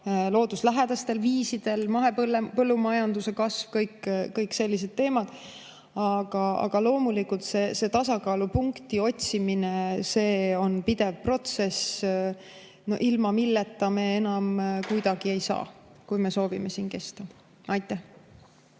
looduslähedastel viisidel – mahepõllumajanduse kasv, kõik sellised teemad. Aga loomulikult on tasakaalupunkti otsimine pidev protsess, ilma milleta me enam kuidagi ei saa, kui me soovime kesta. Peeter